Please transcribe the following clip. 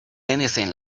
anything